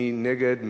מי נגד?